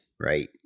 right